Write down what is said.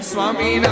Swami